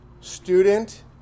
student